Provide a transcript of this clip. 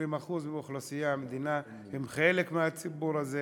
20% מאוכלוסיית המדינה הם חלק מהציבור הזה,